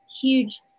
huge